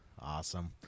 Awesome